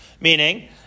Meaning